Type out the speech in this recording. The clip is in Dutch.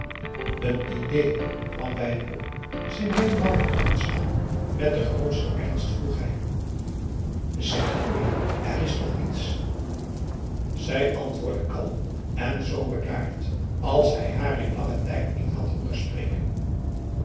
een idée kwam bij hem op zijn wenkbrauwen trokken samen met den grootsten ernst vroeg hij zeg corrie er is toch niets zij antwoordde kalm en zoo bedaard als hij haar in langen tijd niet had hooren spreken